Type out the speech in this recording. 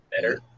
better